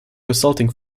resulting